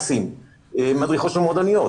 מדריכות של מועדניות,